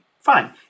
fine